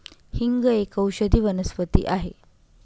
हिंग एक औषधी वनस्पती आहे